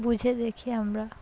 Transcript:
বুঝে দেখি আমরা